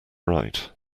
right